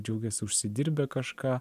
džiaugiasi užsidirbę kažką